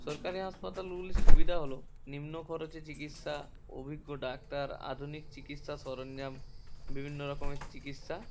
সরকারি হাসপাতালগুলির সুবিধা হলো নিম্ন খরচে চিকিৎসা অভিজ্ঞ ডাক্তার আধুনিক চিকিৎসা সরঞ্জাম বিভিন্ন রকমের চিকিৎসা